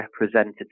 representative